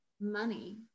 money